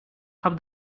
have